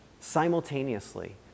Simultaneously